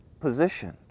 position